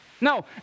No